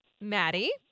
Maddie